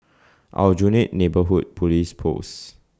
Aljunied Neighbourhood Police Post